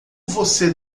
você